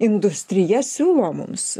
industrija siūlo mums